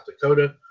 Dakota